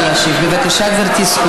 בגופות.